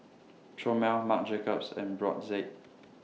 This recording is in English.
Chomel Marc Jacobs and Brotzeit